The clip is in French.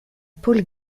paul